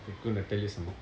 I'm gonna tell you some